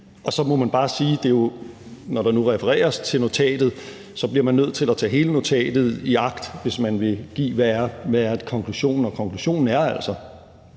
Og så må man bare sige, når der nu refereres til notatet, at man bliver nødt til at tage hele notatet i agt, hvis man vil angive, hvad der er konklusionen.